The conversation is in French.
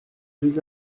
deux